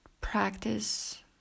practice